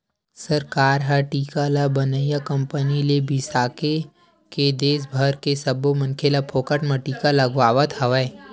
सरकार ह टीका ल बनइया कंपनी ले बिसाके के देस भर के सब्बो मनखे ल फोकट म टीका लगवावत हवय